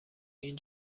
این